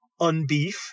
unbeef